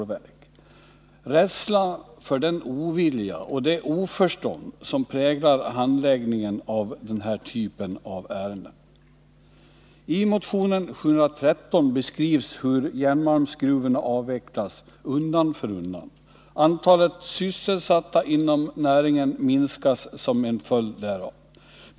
Det är en rädsla för den ovilja och det oförstånd som präglar handläggningen av den här typen av ärenden. I motion 713 beskrivs hur järnmalmsgruvorna avvecklas undan för undan. Antalet sysselsatta inom näringen minskas som en följd därav.